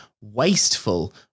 wasteful